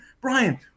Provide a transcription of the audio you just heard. Brian